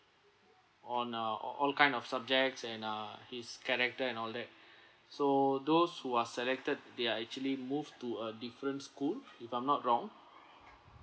on uh all all kind of subjects and uh his character and all that so those who are selected they are actually moved to a different school if I'm not wrong